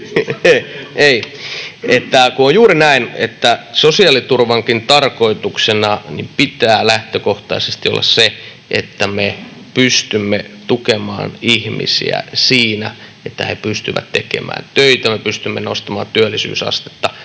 aikaa. On juuri näin, että sosiaaliturvankin tarkoituksena pitää lähtökohtaisesti olla se, että me pystymme tukemaan ihmisiä siinä, että he pystyvät tekemään töitä, me pystymme nostamaan työllisyysastetta